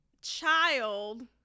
child